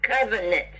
covenant